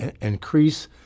increase